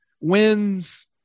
wins